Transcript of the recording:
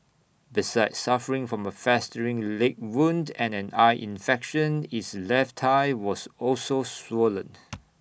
besides suffering from A festering leg wound and an eye infection its left high was also swollen